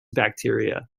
bacteria